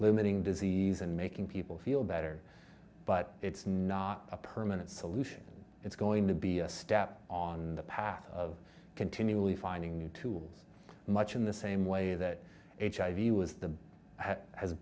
limiting disease and making people feel better but it's not a permanent solution it's going to be a step on the path of continually finding new tools much in the same way that hiv was the has